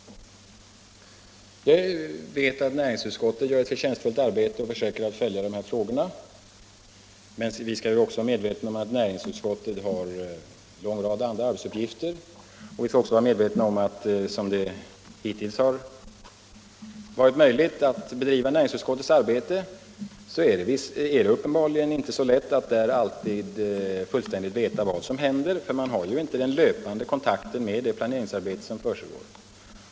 Jag vet att näringsutskottet gör ett förtjänstfullt arbete och försöker följa de här frågorna, men vi skall vara medvetna om att näringsutskottet har en lång rad andra arbetsuppgifter. Vi skall också vara medvetna om att det uppenbarligen inte är så lätt för ledamöterna i näringsutskottet — så som det hittills varit möjligt att bedriva arbetet där — att fullständigt känna till vad som händer. Man har ju inte den löpande kontakten med det planeringsarbete som försiggår.